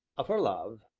of her love,